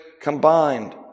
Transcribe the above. combined